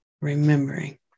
remembering